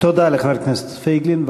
תודה לחבר הכנסת פייגלין.